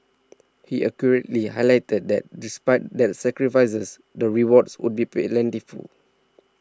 he accurately highlighted that despite the sacrifices the rewards would be plentiful